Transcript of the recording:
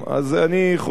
אז אני חושב,